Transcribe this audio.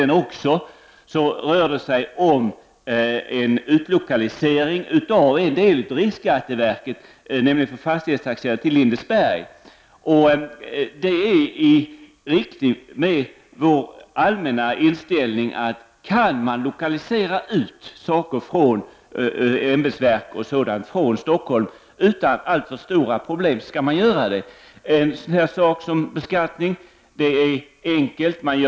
Den handlar om utlokalisering av riksskatteverkets verksamhet med fastighetstaxering till Lindesberg. Det överensstämmer med vår allmänna inställning att så bör ske. Om det går att utlokalisera ämbetsverk från tätorten Stockholm utan alltför stora problem, då skall det också göras. På beskattningsområdet bör det vara ganska enkelt att göra det.